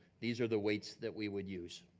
these are the weights that we would use.